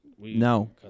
No